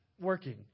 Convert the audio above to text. working